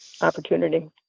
opportunity